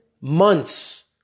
months